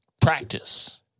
Practice